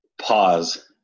Pause